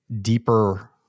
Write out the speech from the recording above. deeper